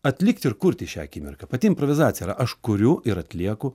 atlikti ir kurti šią akimirką pati improvizacija yra aš kuriu ir atlieku